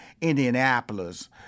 Indianapolis